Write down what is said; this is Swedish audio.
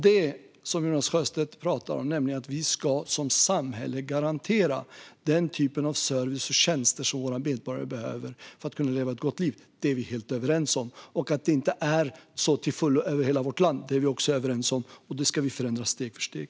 Det Jonas Sjöstedt pratar om, nämligen att vi som samhälle ska garantera den typ av service och tjänster som våra medborgare behöver för att kunna leva ett gott liv, är vi helt överens om. Att det inte är så till fullo i hela vårt land är vi också överens om, och det ska vi förändra steg för steg.